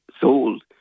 sold